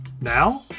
Now